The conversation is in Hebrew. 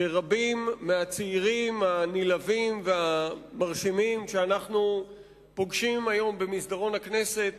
שרבים מהצעירים הנלהבים והמרשימים שאנחנו פוגשים היום במסדרון הכנסת